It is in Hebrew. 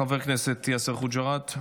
חבר הכנסת יאסר חוג'יראת,